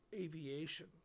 aviation